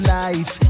life